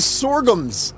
sorghums